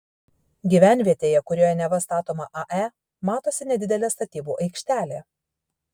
gyvenvietėje kurioje neva statoma ae matosi nedidelė statybų aikštelė